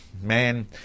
man